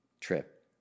trip